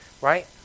right